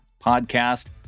podcast